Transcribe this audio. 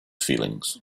feelings